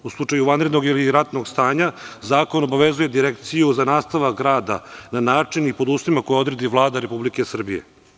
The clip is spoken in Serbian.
U slučaju vanrednog ili ratnog stanja zakon obavezuje Direkciju za nastavak rada, na način i pod uslovima koje odredi Vlada Republike Srbije.